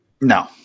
No